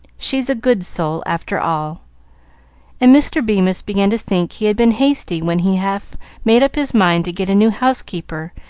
she's a good soul, after all and mr. bemis began to think he had been hasty when he half made up his mind to get a new housekeeper,